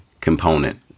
component